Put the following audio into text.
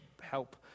help